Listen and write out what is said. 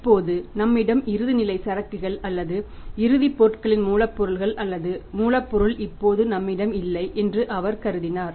இப்போது நம்மிடம் இறுதிநிலை சரக்குகள் அல்லது இறுதிப் பொருட்களின் மூலப்பொருள்கள் அல்லது மூலப்பொருள் இப்போது நம்மிடம் இல்லை என்று அவர் கருதினார்